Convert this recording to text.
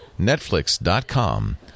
netflix.com